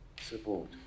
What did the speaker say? Support